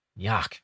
yuck